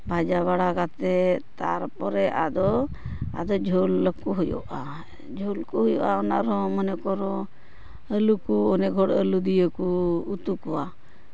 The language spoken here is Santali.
ᱵᱷᱟᱹᱡᱤ ᱵᱟᱲᱟ ᱠᱟᱛᱮᱫ ᱛᱟᱨᱯᱚᱨᱮ ᱟᱫᱚ ᱟᱫᱚ ᱨᱟᱥᱮ ᱟᱠᱚ ᱦᱩᱭᱩᱜᱼᱟ ᱨᱟᱥᱮ ᱠᱚ ᱦᱩᱭᱩᱜᱼᱟ ᱚᱱᱟ ᱨᱮᱦᱚᱸ ᱢᱚᱱᱮ ᱠᱚᱨᱚ ᱟᱹᱞᱩ ᱠᱚ ᱟᱹᱰᱤ ᱦᱚᱲ ᱟᱹᱞᱩ ᱫᱤᱭᱮ ᱠᱚ ᱩᱛᱩ ᱠᱚᱣᱟ